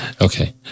okay